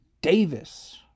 Davis